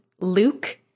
Luke